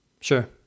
Sure